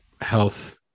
health